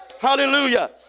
Hallelujah